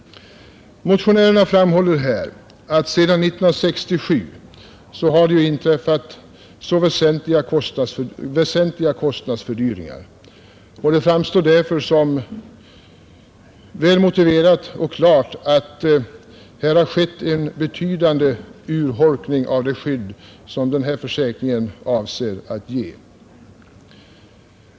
Motionärerna framhåller att det sedan 1967 har inträffat väsentliga kostnadsfördyringar. Det framstår därför som väl motiverat och klart att här har skett en betydande urholkning av det skydd som försäkringen avser att ge.